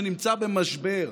שנמצא במשבר,